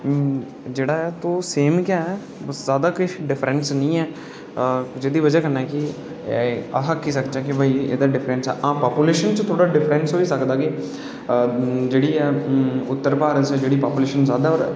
तां जेह्ड़ा ऐ ओह् सेम गै जादा ते डिफरैंस निं ऐ जेह्दी बजह कन्नै की अस आक्खी सकचै की एह्दा डिफरैंस पॉपुलेशन च थोह्ड़ा डिफरैंस होई सकदा की के जेह्ड़ी ऐ उत्तर भारत दी जादा पॉपुलेशन ऐ होर